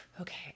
okay